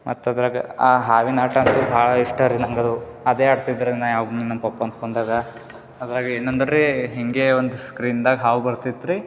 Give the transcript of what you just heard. ಮತ್ತೆ ಅದರಾಗ ಆ ಹಾವಿನಾಟ ಅಂತು ಭಾಳ ಇಷ್ಟ ರೀ ನಂಗದು ಅದೇ ಆಡ್ತಿದ್ದೆ ರೀ ನಾ ಯಾವಾಗ್ಲು ನಮ್ಮ ಪಪ್ಪನ ಫೋನ್ನಾಗೆ ಅದರಾಗೆ ಏನಂದರೆರಿ ಹಿಂಗೇ ಒಂದು ಸ್ಕ್ರೀನ್ದಾಗ ಹಾವು ಬರ್ತಿತ್ತು ರೀ